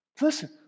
Listen